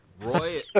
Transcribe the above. Roy